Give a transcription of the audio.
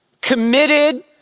committed